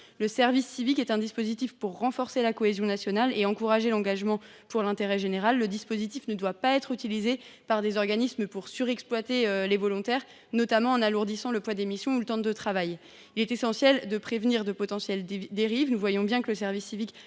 Le service civique a pour objectif de renforcer la cohésion nationale et d’encourager l’engagement pour l’intérêt général. Il ne doit pas être utilisé par des organismes pour surexploiter les volontaires, notamment en alourdissant le poids des missions et du temps de travail. Il est essentiel de prévenir de potentielles dérives. Le service civique